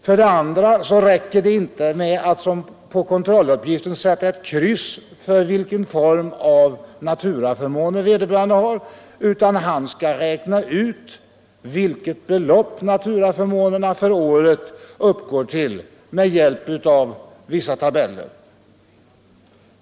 För det andra räcker det inte med att som på kontrolluppgiften sätta ett kryss för vilken form av naturaförmåner vederbörande har, utan arbetsgivaren skall räkna ut vilket belopp naturaförmånerna för året uppgår till med hjälp av vissa tabeller.